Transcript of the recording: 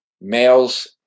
males